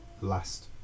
last